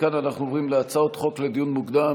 מכאן אנחנו עוברים להצעות חוק לדיון מוקדם